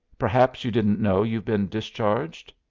perhaps you didn't know you've been discharged?